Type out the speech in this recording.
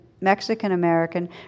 Mexican-American